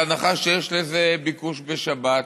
בהנחה שיש לזה ביקוש בשבת